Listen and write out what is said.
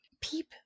Peep